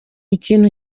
ikintu